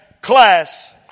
class